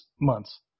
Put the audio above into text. months